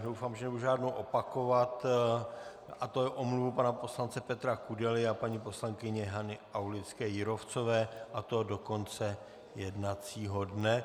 Doufám, že nebudu žádnou opakovat, a to omluvu pana poslance Petra Kudely a paní poslankyně Hany Aulické Jírovcové, a to do konce jednacího dne.